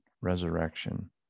resurrection